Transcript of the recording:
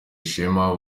ishema